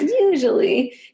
usually